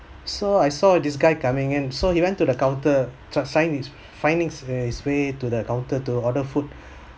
so I saw this guy coming in so he went to the counter just find his findings his way to the counter to order food